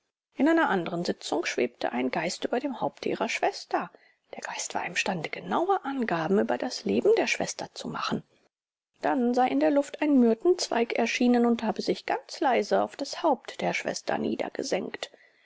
in einer anderen sitzung schwebte ein geist über dem haupte ihrer schwester der geist war imstande genaue angaben über das leben der schwester zu machen dann sei in der luft ein myrtenzweig erschienen und habe sich ganz leise auf das haupt der schwester